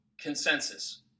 consensus